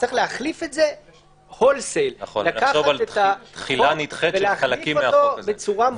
נצטרך לקחת את החוק ולהחליף אותו בצורה מלאה.